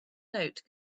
note